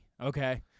okay